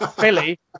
Billy